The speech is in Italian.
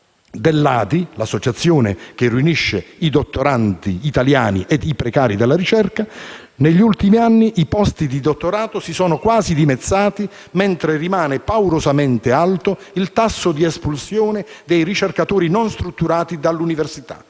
(ADI), che riunisce i dottorandi e i precari della ricerca, negli ultimi anni i posti di dottorato si sono quasi dimezzati, mentre rimane paurosamente alto il tasso di espulsione dei ricercatori non strutturati dall'università: